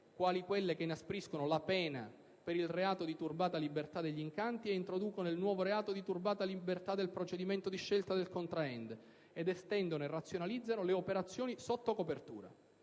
quali quelle che inaspriscono la pena per il reato di turbata libertà degli incanti e introducono il nuovo reato di turbata libertà del procedimento di scelta del contraente ed estendono e razionalizzano le operazioni sotto copertura.